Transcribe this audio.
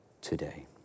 today